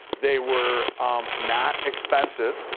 they were not expensive,